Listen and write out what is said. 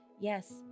Yes